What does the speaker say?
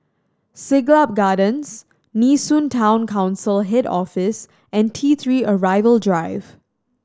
Siglap Gardens Nee Soon Town Council Head Office and T Three Arrival Drive